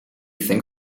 think